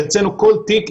שאצלנו כל תיק,